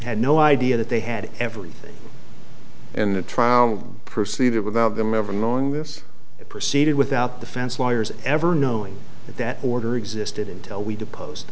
had no idea that they had everything and the trial proceeded without them ever knowing this proceeded without the fence lawyers ever knowing that order existed until we depos